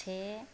से